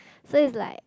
so it's like